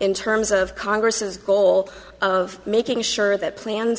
in terms of congress's goal of making sure that plans